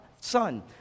son